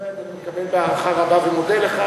מקבל בהערכה ומודה לך,